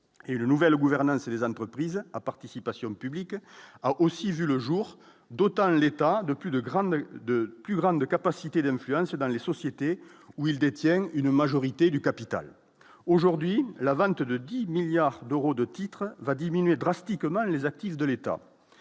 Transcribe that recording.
et le nouvelle gouvernance et les entreprises à participation publique a aussi vu le jour, d'autres l'état de plus de grandes de plus grande capacité d'influence dans les sociétés où ils détiennent une majorité du capital aujourd'hui la vente de 10 milliards d'euros de titres va diminuer drastiquement les actifs de l'État